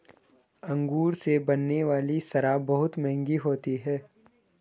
अंगूर से बनने वाली शराब बहुत मँहगी होती है